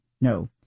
no